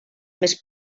més